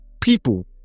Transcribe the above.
people